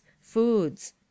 foods